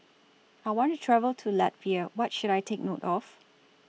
I want to travel to Latvia What should I Take note of